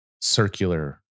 circular